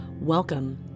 Welcome